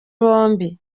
bombi